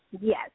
Yes